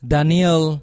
Daniel